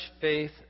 faith